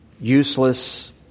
useless